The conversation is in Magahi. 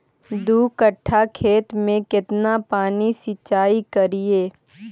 दू कट्ठा खेत में केतना पानी सीचाई करिए?